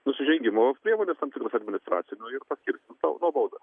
nusižengimo priemones tam tikras administracinio ir paskirs jis tau nuobaudą